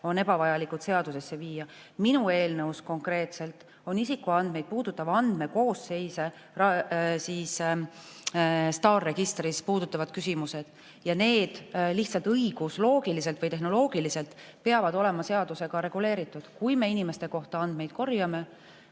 on ebavajalikud seadusesse viia. Minu eelnõus konkreetselt on isikuandmeid puudutavate andmete koosseisu STAR-i registris puudutavad küsimused. Ja need lihtsalt õigusloogiliselt või -tehnoloogiliselt peavad olema seadusega reguleeritud. Kui me inimeste kohta andmeid korjame,